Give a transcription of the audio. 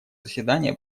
заседание